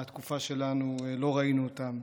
בתקופה שלנו לא ראינו אותם.